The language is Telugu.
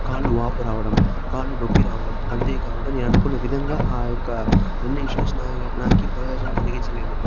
కాళ్ళు వాపు రావడం కాళ్ళు నొప్పి రావడం అంతే కాకుండా నేను అనుకున్న విధంగా ఆ యొక్క రన్నింగ్ షూస్ నాకు ప్రయోజనం కలిగించలేదు